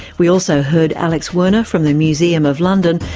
we also heard alex werner from the museum of london,